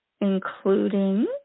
including